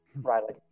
Riley